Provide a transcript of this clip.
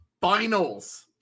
Finals